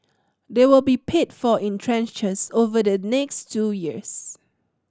they will be paid for in tranches over the next two years